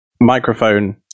Microphone